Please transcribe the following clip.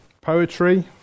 Poetry